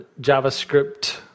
JavaScript